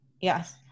Yes